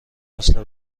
مثه